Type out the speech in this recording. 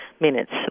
minutes